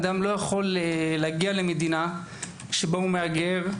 אדם לא יכול להגיע למדינה שבה מהגר,